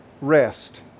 rest